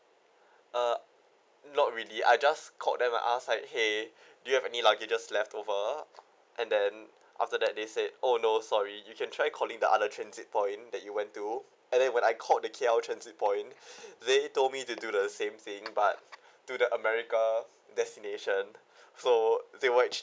uh not really I just called them and asked like !hey! do you have any luggages left over and then after that they said oh no sorry you can try calling the other transit point that you went to and then when I called the K_L transit point they told me to do the same thing but to the america destination so they were actual~